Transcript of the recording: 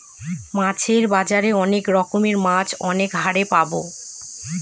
মাছের বাজারে অনেক রকমের মাছ অনেক হারে পাবো